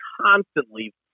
constantly